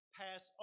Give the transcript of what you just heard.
pass